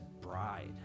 bride